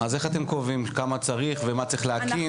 איך אתם קובעים כמה צריך ומה צריך להתקין?